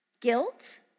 Guilt